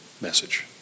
message